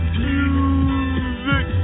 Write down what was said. music